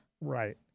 Right